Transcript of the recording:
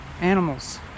animals